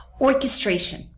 Orchestration